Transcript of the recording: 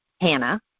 Hannah